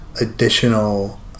additional